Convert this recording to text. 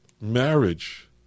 marriage